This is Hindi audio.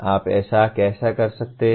आप ऐसा कैसे कर सकते हैं